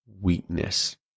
weakness